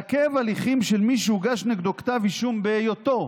לעכב הליכים של מי שהוגש נגדו כתב אישום בהיותו,